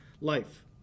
life